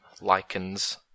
lichens